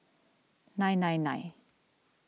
nine nine nine